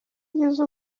ugize